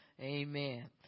Amen